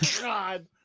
God